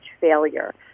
failure